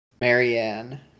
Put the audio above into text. Marianne